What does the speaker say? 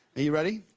you ready?